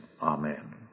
amen